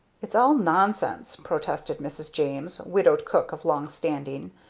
it's all nonsense, protested mrs. james, widowed cook of long standing.